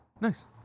Nice